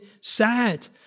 sad